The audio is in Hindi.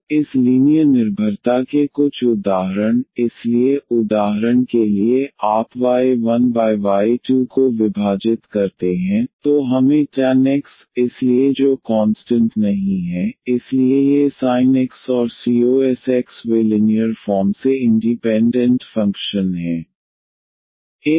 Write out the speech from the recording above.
तो इस लीनियर निर्भरता के कुछ उदाहरण इसलिए उदाहरण के लिए x x आप y1y2 को विभाजित करते हैं तो हमें tan x मिलेगा इसलिए जो कॉन्सटंट नहीं है इसलिए ये sin x और cos x वे लिनीयर फॉर्म से इंडीपेंडेंट फंक्शन हैं